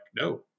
no